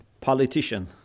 politician